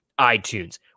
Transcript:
iTunes